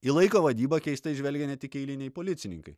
į laiko vadybą keistai žvelgia ne tik eiliniai policininkai